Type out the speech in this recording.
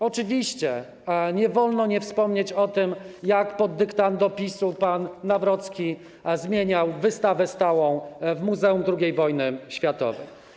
Oczywiście nie wolno nie wspomnieć o tym, jak pod dyktando PiS-u pan Nawrocki zmieniał wystawę stałą w Muzeum II Wojny Światowej.